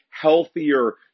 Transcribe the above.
healthier